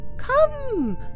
Come